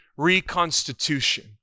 reconstitution